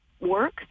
work